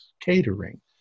catering